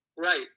Right